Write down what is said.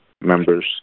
members